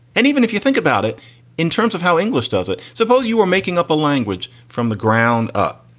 and even if you think about it in terms of how english does it, suppose you are making up a language from the ground up.